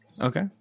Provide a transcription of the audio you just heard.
Okay